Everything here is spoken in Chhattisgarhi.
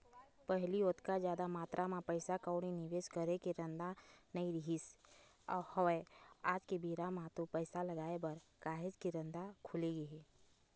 पहिली ओतका जादा मातरा म पइसा कउड़ी निवेस करे के रद्दा नइ रहिस हवय आज के बेरा म तो पइसा लगाय बर काहेच के रद्दा खुलगे हे